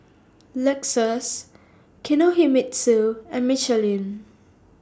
Lexus Kinohimitsu and Michelin